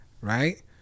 Right